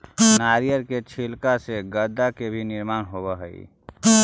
नारियर के छिलका से गद्दा के भी निर्माण होवऽ हई